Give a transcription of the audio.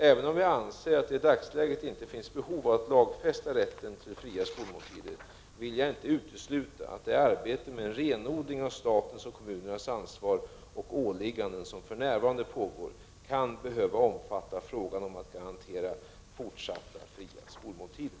Även om jag anser att det i dagsläget inte finns behov av att lagfästa rätten till fria skolmåltider, vill jag inte utesluta att det arbete med en renodling av statens och kommunernas ansvar och åligganden som för närvarande pågår kan behöva omfatta frågan om att garantera fortsatta fria skolmåltider.